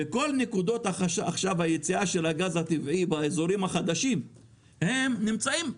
וכל נקודות היציאה של הגז הטבעי באזורים החדשים הם עכשיו נמצאים,